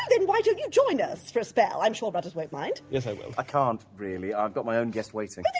ah then why don't you join us for a spell? i'm sure rudders won't mind. yes i will. i can't, really i've got my own guest waiting. then